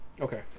Okay